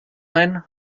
ein